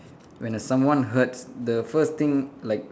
when the someone hurts the first thing like